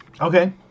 Okay